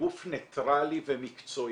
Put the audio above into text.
כגוף ניטראלי ומקצועי.